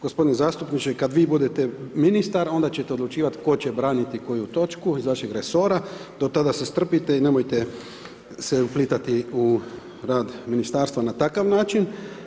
Gospodine zastupniče, kada vi budete ministar, onda ćete odlučivati tko će braniti koju točku iz vašeg resora, do tada se strpite i nemojte se uplitati u rad ministarstva na takav način.